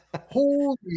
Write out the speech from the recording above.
Holy